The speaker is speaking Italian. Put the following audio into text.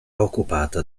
occupata